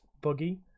buggy